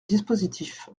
dispositif